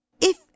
If